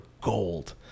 gold